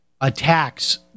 attacks